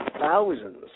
thousands